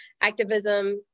Activism